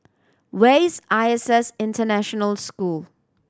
where is I S S International School